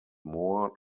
more